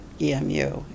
EMU